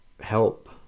help